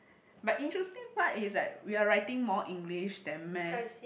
but interesting part is like we're writing more English than math